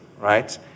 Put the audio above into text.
right